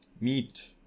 Meat